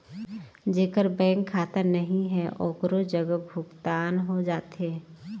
जेकर बैंक खाता नहीं है ओकरो जग भुगतान हो जाथे?